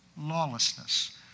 lawlessness